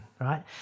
right